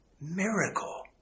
miracle